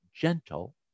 Gentle